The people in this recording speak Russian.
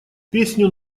песню